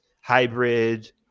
hybrid